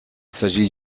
s’agit